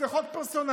זה חוק פרסונלי.